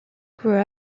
grew